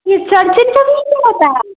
ये सरचिन तो वीक में होता है